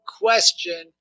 question